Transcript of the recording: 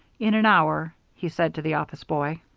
in an hour, he said to the office boy.